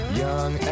young